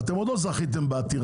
כי עוד לא זכיתם בעתירה.